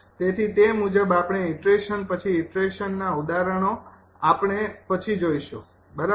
તેથી તે મુજબ આપણે ઇટરેશન પછી ઇટરેશન ના ઉદાહરણો આપણે પછી જોઈશું બરાબર